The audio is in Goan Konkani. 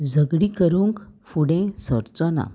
झगडी करूंक फुडें सरचो ना